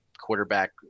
quarterback